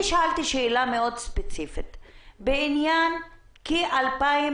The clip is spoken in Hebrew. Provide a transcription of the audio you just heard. שאלתי שאלה מאוד ספציפית לגבי 2,000